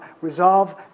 resolve